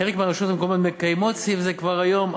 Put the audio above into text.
חלק מהרשויות המקומיות מקיימות סעיף זה כבר היום,